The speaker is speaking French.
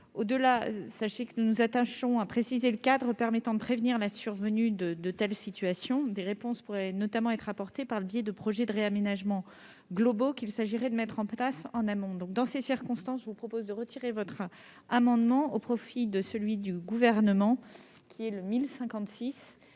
Au-delà, sachez que nous nous attachons à préciser le cadre permettant de prévenir la survenue de telles situations ; des réponses pourraient notamment être apportées par le biais de projets de réaménagement globaux, qu'il s'agirait de mettre en place en amont. Dans ces circonstances, je vous propose de retirer cet amendement, au profit de l'amendement n° 1056